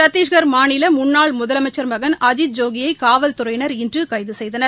சத்தீஷ்கர் மாநில முன்னாள் முதலமைச்சர் மகன் அஜித்ஜோகியை காவல் துறையினர் இன்று கைது செய்தனர்